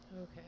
Okay